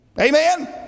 Amen